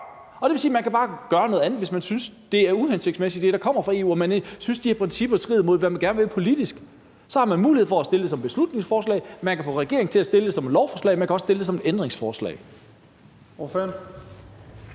Og det vil sige, at man bare kan gøre noget andet, hvis man synes, det, der kommer fra EU, er uhensigtsmæssigt, og man synes, de her principper strider imod, hvad man gerne vil politisk. Så har man mulighed for at fremsætte det som beslutningsforslag, man kan få regeringen til at fremsætte det som lovforslag, og man kan også stille det som et ændringsforslag.